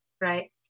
right